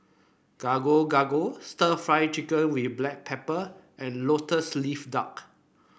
Gado Gado Stir Fried Chicken with Black Pepper and lotus leaf duck